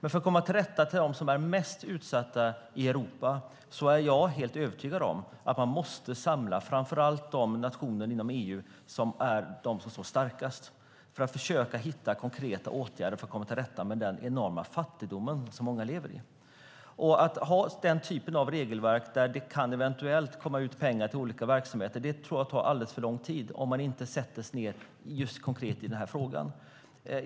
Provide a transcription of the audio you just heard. För att komma till rätta med dem som är mest utsatta i Europa är jag dock helt övertygad om att man måste samla framför allt de nationer inom EU som står starkast, för att försöka hitta konkreta åtgärder för att komma till rätta med den enorma fattigdom många lever i. Att ha den typen av regelverk där det eventuellt kan komma ut pengar till olika verksamheter tror jag tar alldeles för lång tid om man inte sätter sig ned, konkret, i just den här frågan.